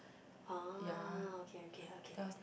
oh okay okay okay